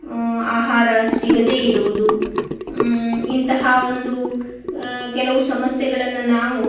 ಆಹಾರ ಸಿಗದೇ ಇರುವುದು ಇಂತಹ ಒಂದು ಕೆಲವು ಸಮಸ್ಯೆಗಳನ್ನು ನಾವು